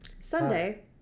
Sunday